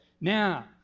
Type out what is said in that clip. Now